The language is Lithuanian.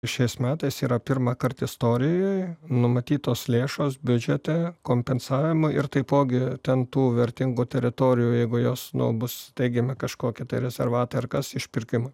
šiais metais yra pirmąkart istorijoj numatytos lėšos biudžete kompensavimui ir taipogi ten tų vertingų teritorijų jeigu jos nu bus steigiami kažkokie rezervatai ar kas išpirkimui